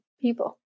people